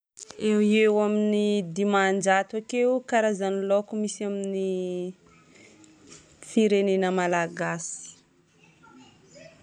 Eo ho eo amin'ny dimanjato akeo karazagn'ny laoko misy amin'ny firenena malagasy.